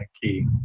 key